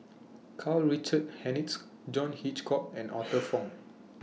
Karl Richard Hanitsch John Hitchcock and Arthur Fong